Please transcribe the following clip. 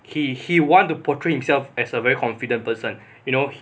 he he wanted to portray himself as a very confident person you know